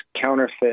counterfeit